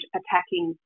attacking